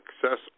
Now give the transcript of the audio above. Success